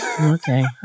Okay